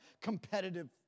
competitive